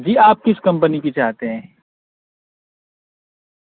جی آپ کس کمپنی کی چاہتے ہیں